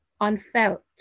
unfelt